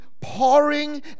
pouring